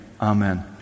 Amen